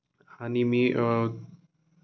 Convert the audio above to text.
आणि मी